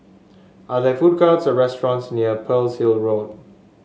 are there food courts or restaurants near Pearl's Hill Road